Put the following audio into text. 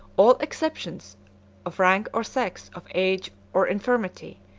all exceptions of rank or sex, of age or infirmity,